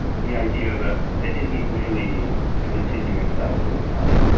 the idea that there isn't really a continuing self over time.